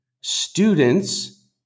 students